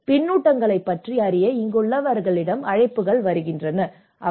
பின்னூட்டங்களைப் பற்றி அறிய இங்குள்ளவர்களிடமிருந்து அழைப்புகளைப் பெறுகிறேன்